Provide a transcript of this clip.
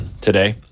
today